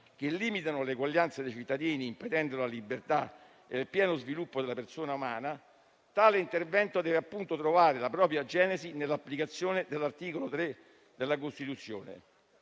che limitano l'eguaglianza dei cittadini, impedendo la libertà e il pieno sviluppo della persona umana, tale intervento deve appunto trovare la propria genesi nell'applicazione dell'articolo 3 della Costituzione